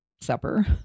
supper